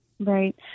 Right